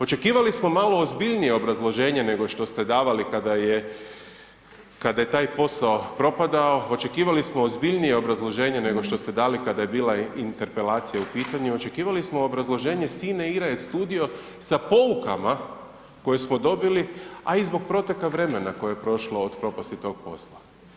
Očekivali smo malo ozbiljnije obrazloženje nego što ste davali kada je taj posao propadao, očekivali smo ozbiljnije obrazloženje nego što ste dali kada je bila Interpelacija u pitanju, očekivali smo obrazloženje ... sa poukama koje smo dobili, a i zbog proteka vremena koje je prošlo od propasti tog posla.